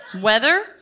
Weather